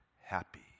Happy